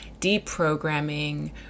deprogramming